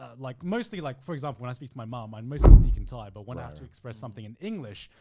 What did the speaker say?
ah like mostly like for example, when i speak to my mom, i and mostly speak in thai. but when i have to express something in english,